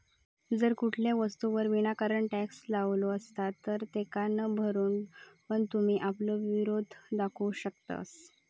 जर कुठल्या वस्तूवर विनाकारण टॅक्स लावलो असात तर तेका न भरून पण तू आपलो विरोध दाखवू शकतंस